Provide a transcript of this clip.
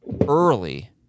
early